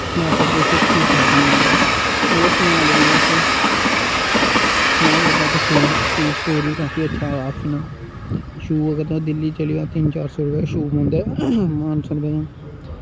पैसा पूसा ठीक ठाक कमा दा ऐ समाल बिजनस च में सोचना इक शूज़ स्टोर बी काफी अच्छा आप्शन ऐ शूज़ अगर तुस दिल्ली चली जाओ तिन्न चार सौ रपे दे शूज़ पौंदी पंज सौ रपे दा